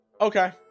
okay